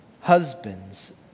husbands